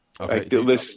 Okay